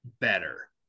better